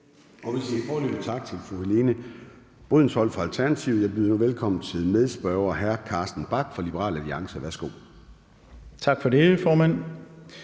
Tak for det, formand,